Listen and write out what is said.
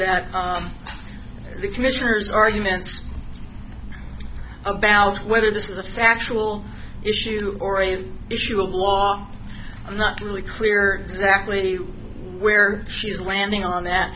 that the commissioners arguments about whether this is a factual issue or an issue of law i'm not really clear exactly where she's landing on that